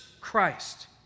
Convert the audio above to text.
Christ